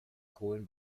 kohlen